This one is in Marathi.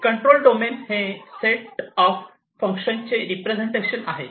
कंट्रोल डोमेन हे सेट ऑफ फंक्शनचे रिप्रेझेंटेशन आहेत